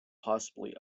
possibly